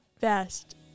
best